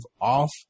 off